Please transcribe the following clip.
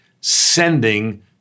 sending